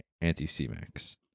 Anti-C-Max